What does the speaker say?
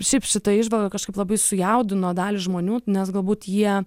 šiaip šita įžvalga kažkaip labai sujaudino dalį žmonių nes galbūt jie